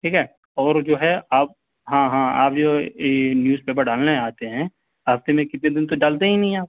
ٹھیک ہے اور جو ہے آپ ہاں ہاں آپ جو نیوز پیپر ڈالنے آتے ہیں ہفتے میں کتنے دن تو ڈالتے ہی نہیں ہیں آپ